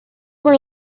were